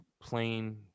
plain